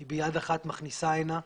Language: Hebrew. היא ביד אחת מכניסה הנה,